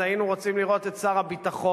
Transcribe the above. אז היינו רוצים לראות את שר הביטחון